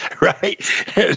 right